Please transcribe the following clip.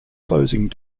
closing